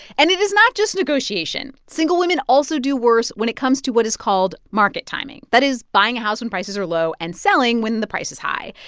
and it is not just negotiation. single women also do worse when it comes to what is called market timing. that is buying a house when prices are low and selling when the price is high.